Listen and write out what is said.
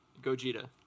Gogeta